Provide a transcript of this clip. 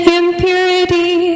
impurity